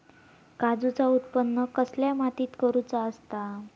काजूचा उत्त्पन कसल्या मातीत करुचा असता?